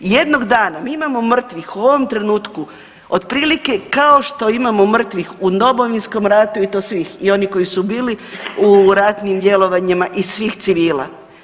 Jednog dana, mi imamo mrtvih u ovom trenutku otprilike kao što imamo mrtvih u Domovinskom ratu i to svih, i oni koji su bili u ratnim djelovanjima i svih civila.